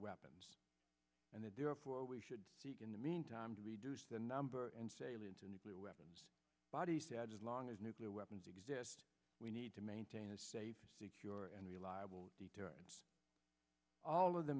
weapons and that therefore we should seek in the meantime to reduce the number and salient a nuclear weapons body said as long as nuclear weapons exist we need to maintain a safe secure and reliable deterrence all of the